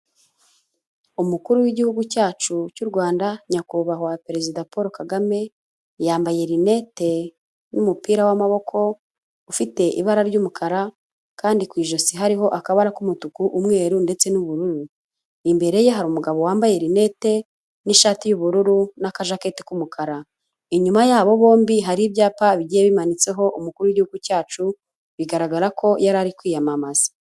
Umukuru w'igihugu cyacu cy'u Rwanda nyakubahwa Perezida Paul Kagame, yambaye rinete n'umupira w'amaboko ufite ibara ry'umukara kandi ku ijosi hariho akabara k'umutuku, umweru ndetse n'ubururu, imbere ye hari umugabo wambaye rinete n'ishati y'ubururu n'akajaketi k'umukara, inyuma yabo bombi hari ibyapa bigiye bimanitseho umukuru w'igihugu cyacu, bigaragara ko yari ari kwiyamamaza.